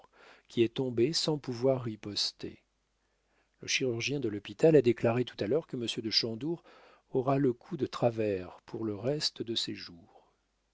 qui est tombé sans pouvoir riposter le chirurgien de l'hôpital a déclaré tout à l'heure que monsieur de chandour aura le cou de travers pour le reste de ses jours